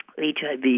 HIV